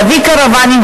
להביא קרוונים,